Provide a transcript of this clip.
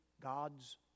God's